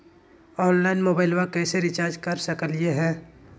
Online मोबाइलबा कैसे recharge कर सकलिए है?